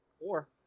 Four